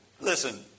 Listen